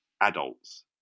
adults